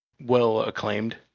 well-acclaimed